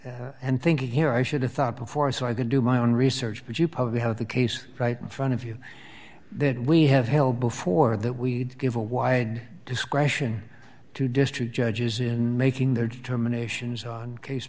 me and thinking here i should have thought before so i can do my own research but you probably have the case right in front of you then we have held before that we need to give a wide discretion to district judges in making their determinations on case